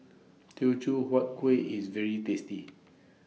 Teochew Huat Kuih IS very tasty